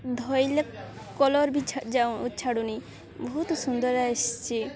ଧୋଇଲେ କଲର୍ ବି ଛାଉ ଛାଡ଼ୁନି ବହୁତ ସୁନ୍ଦର ଆସିଛି